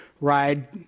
ride